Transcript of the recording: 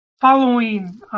following